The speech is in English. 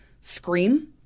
scream